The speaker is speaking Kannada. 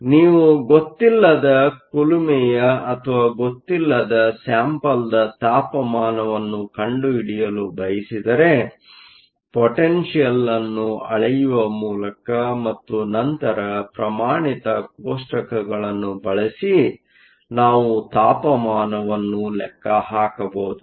ಆದ್ದರಿಂದ ನೀವು ಗೊತ್ತಿಲ್ಲದ ಕುಲುಮೆಯ ಅಥವಾ ಗೊತ್ತಿಲ್ಲದ ಸ್ಯಾಂಪಲ್ದ ತಾಪಮಾನವನ್ನು ಕಂಡುಹಿಡಿಯಲು ಬಯಸಿದರೆ ಪೊಟೆನ್ಷಿಯಲ್ ಅನ್ನು ಅಳೆಯುವ ಮೂಲಕ ಮತ್ತು ನಂತರ ಪ್ರಮಾಣಿತ ಕೋಷ್ಟಕಗಳನ್ನು ಬಳಸಿ ನಾವು ತಾಪಮಾನವನ್ನು ಲೆಕ್ಕ ಹಾಕಬಹುದು